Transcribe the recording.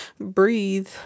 Breathe